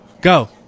go